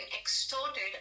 extorted